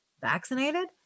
Vaccinated